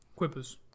Quippers